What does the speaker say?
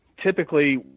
typically